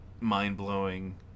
mind-blowing